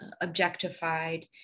objectified